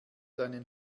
deinen